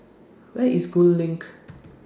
Where IS Gul LINK